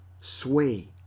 sway